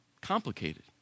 Complicated